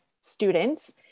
students